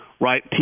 right